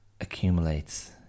accumulates